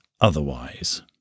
otherwise